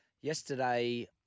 Yesterday